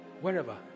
wherever